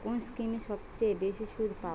কোন স্কিমে সবচেয়ে বেশি সুদ পাব?